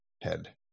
head